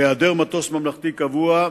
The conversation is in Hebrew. בהעדר מטוס ממלכתי קבוע,